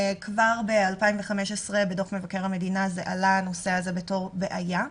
כבר ב-2015 בדוח מבקר המדינה הנושא הזה עלה בתור בעיה.